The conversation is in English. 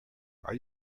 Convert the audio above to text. are